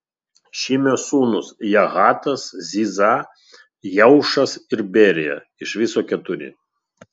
šimio sūnūs jahatas ziza jeušas ir berija iš viso keturi